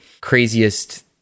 craziest